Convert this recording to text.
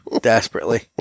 Desperately